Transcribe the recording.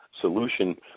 solution